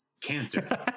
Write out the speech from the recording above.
cancer